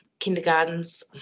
Kindergartens